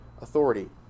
authority